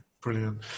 brilliant